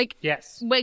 Yes